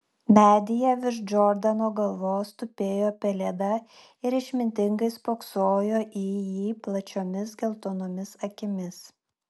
medyje virš džordano galvos tupėjo pelėda ir išmintingai spoksojo į jį plačiomis geltonomis akimis